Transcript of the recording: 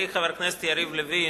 חברי חבר הכנסת יריב לוין,